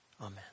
Amen